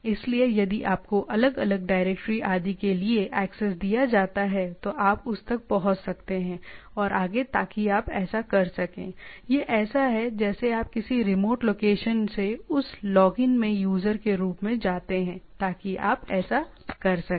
इसलिए यदि आपको अलग अलग डायरेक्टरी आदि के लिए एक्सेस दिया जाता है तो आप उस तक पहुँच सकते हैं और आगे ताकि आप ऐसा कर सकें यह ऐसा है जैसे आप किसी रिमोट लोकेशन से उस लॉगिन में यूजर के रूप में जाते हैंताकि आप ऐसा कर सकें